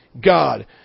God